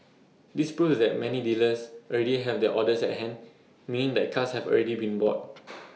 this proves that many dealers already have their orders at hand meaning that cars have already been bought